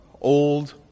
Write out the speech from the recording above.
old